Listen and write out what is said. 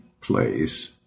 place